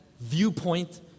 viewpoint